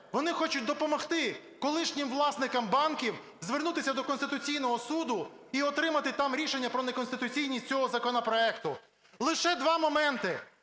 вони хочуть допомогти колишнім власникам банків звернутися до Конституційного Суду і отримати там рішення про неконституційність цього законопроекту. Лише два моменти.